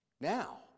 now